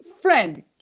friend